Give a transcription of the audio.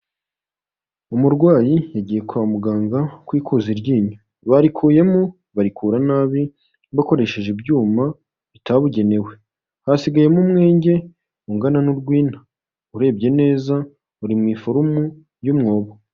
Umurwayi yagiye kwa muganga kwikuza iryinyo, barikuyemo barikura nabi bakoresheje ibyuma bitabugenewe, hasigayemo umwenge ungana n'urwina, urebye neza uri mu iforume y'umwobo.